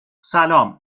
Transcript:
سلام